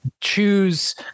choose